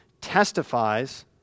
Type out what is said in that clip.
testifies